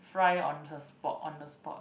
fry on the spot on the spot